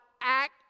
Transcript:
act